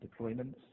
deployments